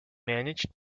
managed